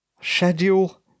schedule